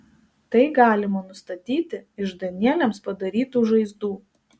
tai galima nustatyti iš danieliams padarytų žaizdų